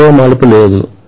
వేరే మలుపు లేదు